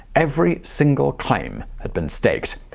every single claim had been staked.